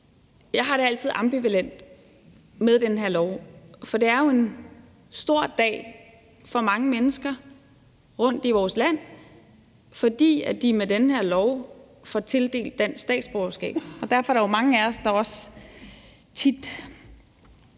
Jeg har det altid ambivalent med den her lov, for det er jo en stor dag for mange mennesker rundtom i vores land, fordi de med den her lov får tildelt dansk statsborgerskab. Derfor er der jo mange af os, der også tit